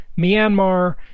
Myanmar